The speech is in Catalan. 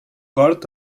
gord